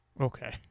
Okay